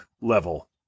level